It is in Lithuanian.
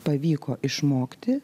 pavyko išmokti